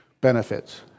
benefits